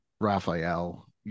Raphael